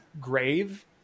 grave